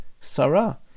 Sarah